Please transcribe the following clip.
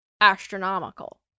astronomical